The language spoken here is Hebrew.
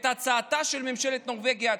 הצעתה של ממשלת נורבגיה,